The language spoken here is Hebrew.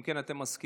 אם כן, אתם מסכימים?